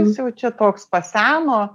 jis jau čia toks paseno